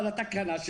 אבל התקנה,